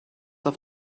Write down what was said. auf